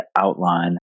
outline